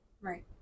Right